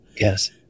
Yes